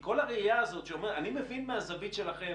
אני מבין מהזווית שלכם,